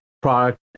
product